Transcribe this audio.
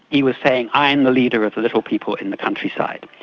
he was saying, i am the leader of the little people in the countryside,